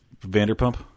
vanderpump